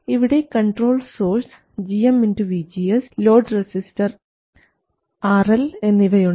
ഇവിടെ control source gm vGS load resistor RL എന്നിവയുണ്ട്